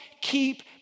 keep